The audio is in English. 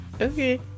Okay